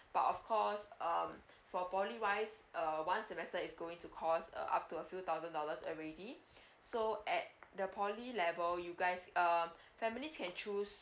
but of course uh for poly wise err one semester is going to cost uh up to a few thousand dollars already so at the poly level you guys um families can choose